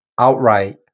outright